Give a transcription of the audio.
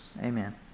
Amen